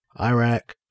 Iraq